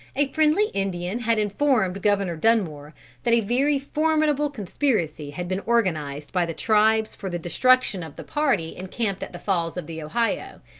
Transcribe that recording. a friendly indian had informed governor dunmore that a very formidable conspiracy had been organised by the tribes for the destruction of the party encamped at the falls of the ohio,